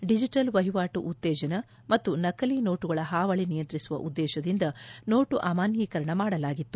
digital ವಹಿವಾಟು ಉತ್ತೇಜನ ಮತ್ತು ನಕಲಿ ನೋಟುಗಳ ಹಾವಳಿ ನಿಯಂತ್ರಿಸುವ ಉದ್ದೇಶದಿಂದ ನೋಣು ಅಮಾನ್ಶೀಕರಣ ಮಾಡಲಾಗಿತ್ತು